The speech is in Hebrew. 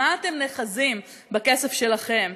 במה אתם נאחזים בכסף שלכם?